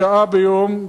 שעה ביום,